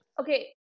Okay